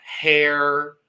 hair